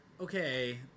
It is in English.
okay